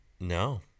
No